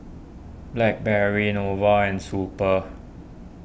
Blackberry Nova and Super